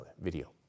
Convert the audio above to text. video